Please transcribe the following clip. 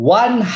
one